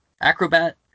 acrobat